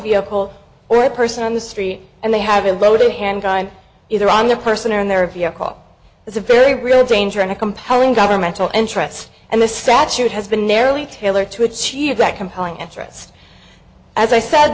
vehicle or a person on the street and they have a loaded handgun either on their person or in their vehicle is a very real danger and a compelling governmental interest and the statute has been narrowly tailored to achieve that compelling interest as i said